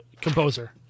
composer